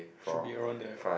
should be around there